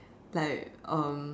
like um